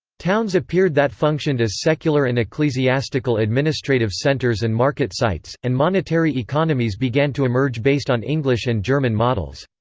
towns appeared that functioned as secular and ecclesiastical administrative centres and market sites, and monetary economies began to emerge based on english and german models.